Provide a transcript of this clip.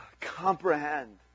comprehend